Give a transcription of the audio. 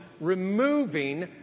removing